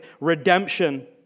redemption